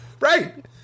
Right